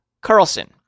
Carlson